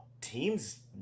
teams